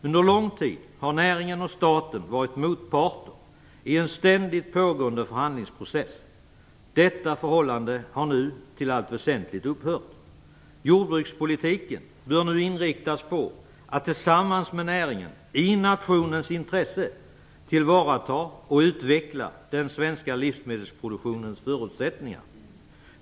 Under lång tid har näringen och staten varit motparter i en ständigt pågående förhandlingsprocess. Detta förhållande har nu i allt väsentligt upphört. Jordbrukspolitiken bör nu inriktas på att tillsammans med näringen i nationens intresse tillvarata och utveckla den svenska livsmedelsproduktionens förutsättningar.